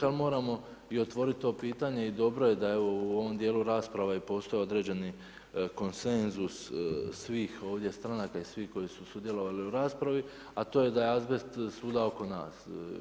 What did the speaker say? Ali moramo i otvoriti to pitanje i dobro je da u ovom dijelu rasprave postoje određeni konsenzus svih ovdje stranaka i svih koji su sudjelovali u raspravi, a to je da je azbest svuda oko nas.